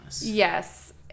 Yes